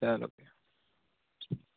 چلو بِہِو